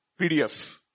PDF